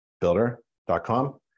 builder.com